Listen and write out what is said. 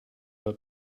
but